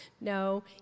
No